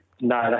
No